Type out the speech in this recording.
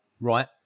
Right